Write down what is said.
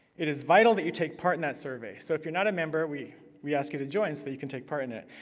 it is vital that you take part in that survey. so if you're not a member, we we ask you to join so that you can take part in it,